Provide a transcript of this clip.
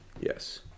Yes